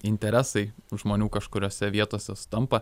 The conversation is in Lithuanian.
interesai žmonių kažkuriose vietose sutampa